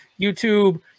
YouTube